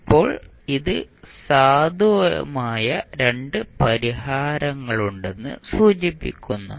ഇപ്പോൾ ഇത് സാധ്യമായ 2 പരിഹാരങ്ങളുണ്ടെന്ന് സൂചിപ്പിക്കുന്നു